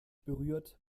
berührt